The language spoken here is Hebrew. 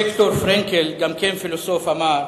ויקטור פרנקל, גם פילוסוף, אמר: